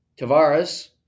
Tavares